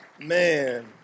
Man